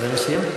אדוני סיים?